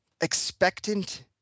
expectant